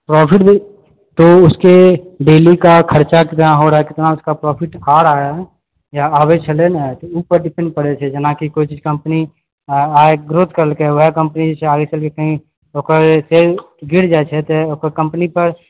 profit भी के उसके डेली का खर्चा कितना हो रहा है कितना उसका प्रोफ़िट आ रहा है या आबए छलए ने ओ पर डिपेंड करैत छै जेनाकि कोई चीज कम्पनी आइ ग्रोथ केलकै ओएह कम्पनीसँ आइ तकके कही ओकर जे सेल गिर जाइत छै तऽ ओकर कम्पनीके